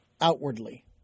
outwardly